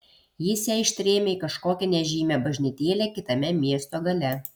jis ją ištrėmė į kažkokią nežymią bažnytėlę kitame miesto gale